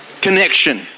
connection